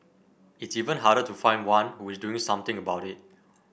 it's even harder to find one who is doing something about it